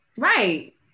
Right